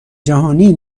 جهانی